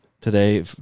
today